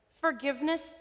Forgiveness